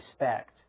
respect